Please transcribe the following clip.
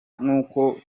nkuko